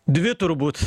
dvi turbūt